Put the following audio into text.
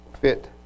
fit